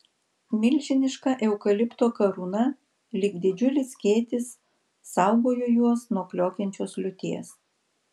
milžiniška eukalipto karūna lyg didžiulis skėtis saugojo juos nuo kliokiančios liūties